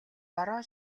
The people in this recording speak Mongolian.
бороо